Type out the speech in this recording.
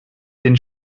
den